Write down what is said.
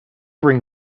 ring